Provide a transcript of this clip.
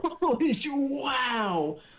Wow